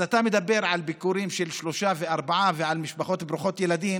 אתה מדבר על ביקורים של שלושה וארבעה ועל משפחות ברוכות ילדים,